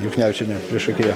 juknevičiene priešakyje